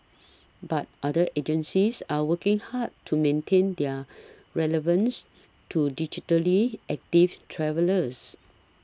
but other agencies are working hard to maintain their relevance to digitally active travellers